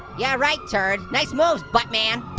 yeah right, turd. nice moves, buttman.